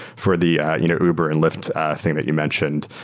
for the you know uber and lyft thing that you mentioned,